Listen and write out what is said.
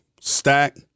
Stack